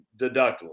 deductible